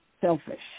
selfish